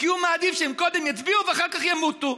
כי הוא מעדיף שהם קודם יצביעו ואחר כך ימותו.